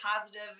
positive